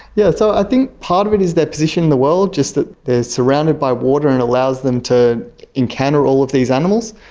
yeah so i think part of it is their position in the world, just that they are surrounded by water and it allows them to encounter all of these animals.